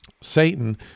Satan